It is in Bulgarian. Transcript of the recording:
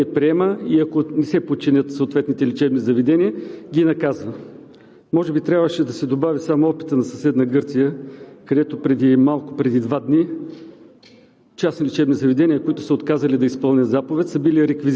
Тоест той каквото реши, издава си методиката и я приема, и ако не се подчинят съответните лечебни заведения, ги наказва. Може би трябваше да се добави само опитът на съседна Гърция, където малко преди два дни